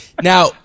Now